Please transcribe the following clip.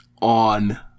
on